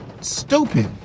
Stupid